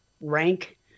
rank